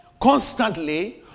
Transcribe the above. constantly